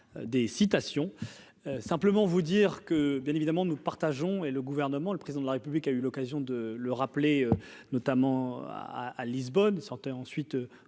des citations simplement vous dire que, bien évidemment, nous partageons et le gouvernement, le président de la République a eu l'occasion de le rappeler, notamment à à Lisbonne sortait ensuite